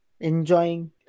Enjoying